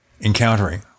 encountering